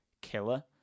killer